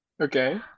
Okay